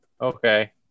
Okay